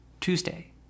Tuesday